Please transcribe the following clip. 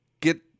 get